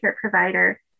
provider